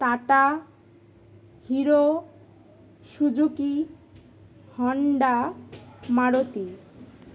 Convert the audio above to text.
Tata hero Suzuki Honda Maruti